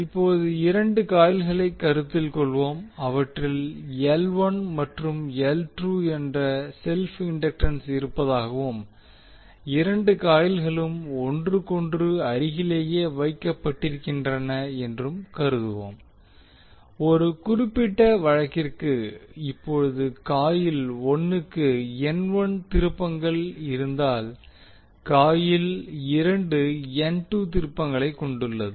இப்போது 2 காயில்களை கருத்தில் கொள்வோம் அவற்றில் மற்றும் என்ற செல்ப் இண்டக்டன்ஸ் இருப்பதாகவும் இரண்டு காயில்களும் ஒன்றுக்கொன்று அருகிலேயே வைக்கப்படுகின்றன என்றும் கருதுவோம் இந்த குறிப்பிட்ட வழக்கிற்கு இப்போது காயில் 1 க்கு திருப்பங்கள் இருந்தால் காயில் 2 திருப்பங்களைக் கொண்டுள்ளது